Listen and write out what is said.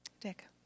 Dick